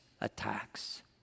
attacks